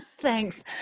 Thanks